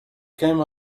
came